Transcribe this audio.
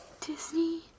Disney